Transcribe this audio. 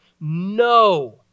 No